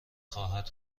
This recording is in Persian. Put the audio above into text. خواهد